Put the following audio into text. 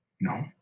No